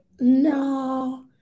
no